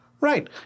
Right